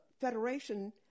federation